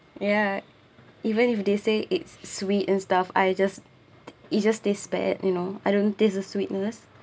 ya even if they say it's sweet and stuff I just it's just taste bad you know I don't taste a sweetness